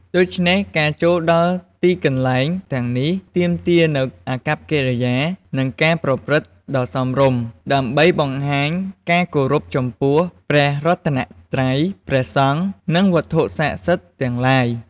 ដូច្នេះ ការចូលដល់ទីកន្លែងទាំងនេះទាមទារនូវអាកប្បកិរិយា និងការប្រព្រឹត្តដ៏សមរម្យ ដើម្បីបង្ហាញការគោរពចំពោះព្រះរតនត្រ័យ ព្រះសង្ឃ និងវត្ថុស័ក្តិសិទ្ធិទាំងឡាយ។